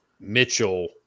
Mitchell